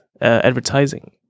advertising